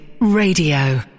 Radio